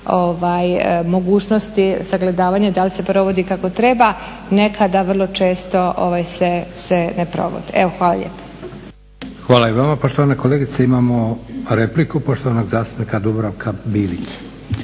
mogućnosti sagledavanja da li se provodi kako treba nekada vrlo često se ne provode. Evo, hvala lijepa. **Leko, Josip (SDP)** Hvala i vama poštovana kolegice. Imamo repliku poštovanog zastupnika Dubravka Bilić.